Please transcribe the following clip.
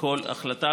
מכל החלטה.